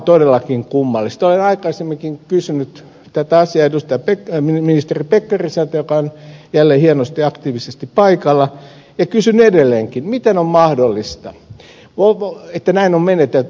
olen aikaisemminkin kysynyt tätä asiaa ministeri pekkariselta joka on jälleen hienosti ja aktiivisesti paikalla ja kysyn edelleenkin miten on mahdollista että näin on menetelty